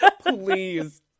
Please